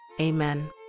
Amen